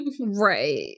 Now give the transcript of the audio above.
right